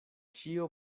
ĉio